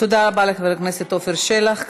תודה רבה לחבר הכנסת עפר שלח.